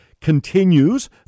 continues